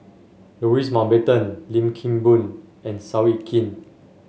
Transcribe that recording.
Louis Mountbatten Lim Kim Boon and Seow Yit Kin